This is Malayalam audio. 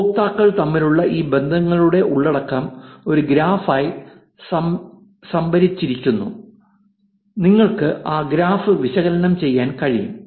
ഉപയോക്താക്കൾ തമ്മിലുള്ള എല്ലാ ബന്ധങ്ങളുടെയും ഉള്ളടക്കം ഒരു ഗ്രാഫായി സംഭരിച്ചിരിക്കുന്നു നിങ്ങൾക്ക് ആ ഗ്രാഫ് വിശകലനം ചെയ്യാൻ കഴിയും